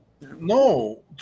No